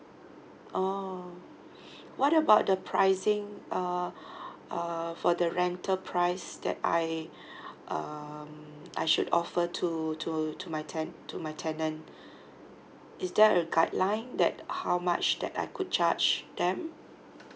orh what about the pricing uh uh for the rental price that I um I should offer to to to my ten~ to my tenant is there a guideline that how much that I could charge them